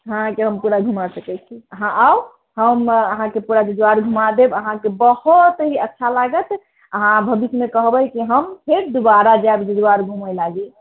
अहाँकेँ हम पूरा घुमा सकैत छी अहाँ आउ हम अहाँकेँ पूरा जजुआर घुमा देब अहाँके बहुत ही अच्छा लागत अहाँ भविष्यमे कहबै कि हम फेर दुबारा जाएब जजुआर घूमऽ लागी